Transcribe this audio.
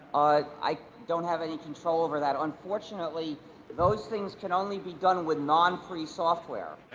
i don't have any control over that unfortunately those things can only be done with non-free software.